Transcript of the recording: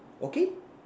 okay